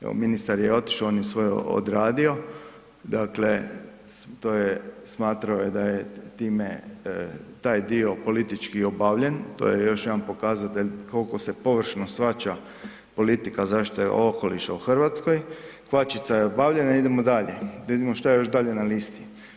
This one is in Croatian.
Evo ministar je otišao, on je svoje odradio, smatrao je da je time taj dio politički obavljen, to je još jedan pokazatelj koliko se površno shvaća zaštite okoliša u Hrvatskoj, kvačica je obavljena idemo dalje, da vidimo što je još dalje na listi.